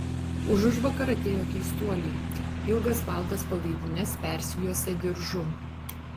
užužvakar atėjo keistuoliai ilgas baltas palaidines persijuosę diržu